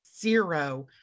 zero